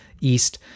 east